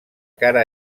cara